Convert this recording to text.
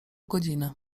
godziny